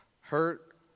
hurt